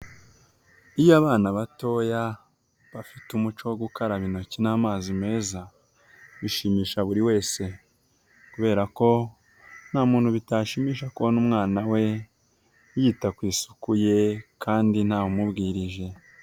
Iyo abana batoya bafite umuco wo gukaraba intoki n'amazi meza, bishimisha buri wese kubera ko ntamuntu bitashimisha kubona umwana we yita ku isuku ye kandi ntawe umubwirije.